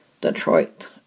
Detroit